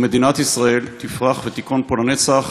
ומדינת ישראל תפרח ותיכון פה לנצח,